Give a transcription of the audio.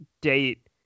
date